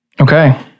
Okay